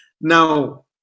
Now